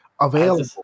available